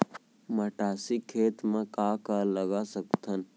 मटासी खेत म का का लगा सकथन?